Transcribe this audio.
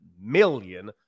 million